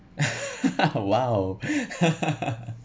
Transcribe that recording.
!wow!